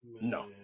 No